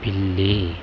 పిల్లి